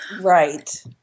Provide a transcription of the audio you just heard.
Right